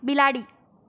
બિલાડી